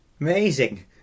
amazing